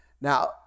Now